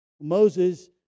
Moses